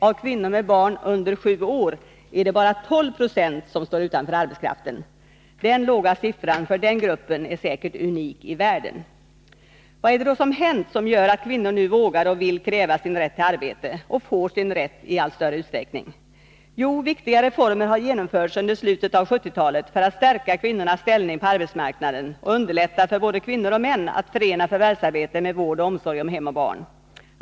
Av kvinnor med barn under sju år är det bara 12 26 som står utanför arbetskraften. En så låg andel för den gruppen är säkerligen unik i världen. Vad är det då som hänt som gör att kvinnor nu vågar och vill kräva sin rätt till arbete, och får sin rätt i allt större utsträckning? Jo, viktiga reformer har genomförts under slutet av 1970-talet för att stärka kvinnornas ställning på arbetsmarknaden och underlätta för både kvinnor och män att förena förvärvsarbete med vård och omsorg om hem och barn.